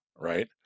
right